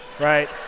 right